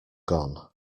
gone